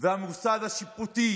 והממסד השיפוטי